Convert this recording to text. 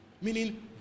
Meaning